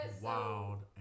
wild